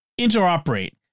interoperate